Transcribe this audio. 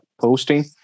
posting